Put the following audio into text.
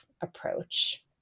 approach